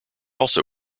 also